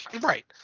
right